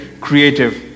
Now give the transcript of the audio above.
creative